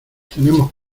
tenemos